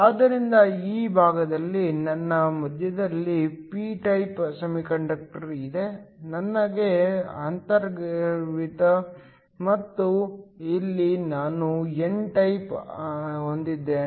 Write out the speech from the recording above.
ಆದ್ದರಿಂದ ಈ ಭಾಗದಲ್ಲಿ ನನ್ನ ಮಧ್ಯದಲ್ಲಿ ಪಿ ಟೈಪ್ ಸೆಮಿಕಂಡಕ್ಟರ್ ಇದೆ ನನಗೆ ಅಂತರ್ಗತವಿದೆ ಮತ್ತು ಇಲ್ಲಿ ನಾನು ಎನ್ ಟೈಪ್ ಹೊಂದಿದ್ದೇನೆ